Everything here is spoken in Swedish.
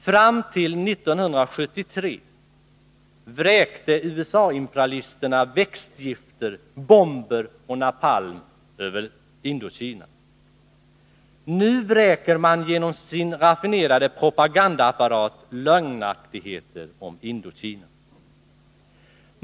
Fram till 1973 vräkte USA-imperialisterna växtgifter, bomber och napalm över Indokina. Nu vräker man genom sin raffinerade propagandaapparat ut lögnaktigheter om Indokina.